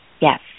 Yes